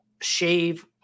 shave